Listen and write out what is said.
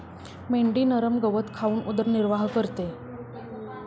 मेंढी नरम गवत खाऊन उदरनिर्वाह करते